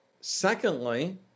secondly